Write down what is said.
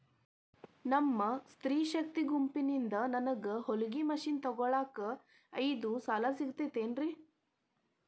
ನಿಮ್ಮ ಸ್ತ್ರೇ ಶಕ್ತಿ ಗುಂಪಿನಿಂದ ನನಗ ಹೊಲಗಿ ಮಷೇನ್ ತೊಗೋಳಾಕ್ ಐದು ಸಾಲ ಸಿಗತೈತೇನ್ರಿ?